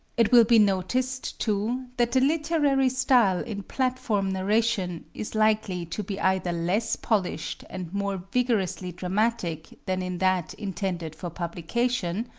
it will be noticed, too, that the literary style in platform narration is likely to be either less polished and more vigorously dramatic than in that intended for publication,